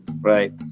right